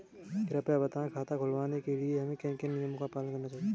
कृपया बताएँ खाता खुलवाने के लिए हमें किन किन नियमों का पालन करना चाहिए?